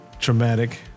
traumatic